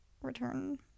return